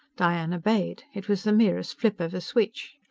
diane obeyed. it was the merest flip of a switch.